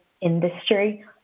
industry